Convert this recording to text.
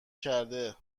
کرده